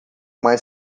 mais